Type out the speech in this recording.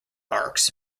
arcs